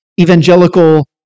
evangelical